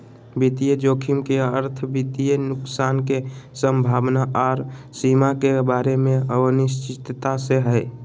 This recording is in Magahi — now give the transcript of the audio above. वित्तीय जोखिम के अर्थ वित्तीय नुकसान के संभावना आर सीमा के बारे मे अनिश्चितता से हय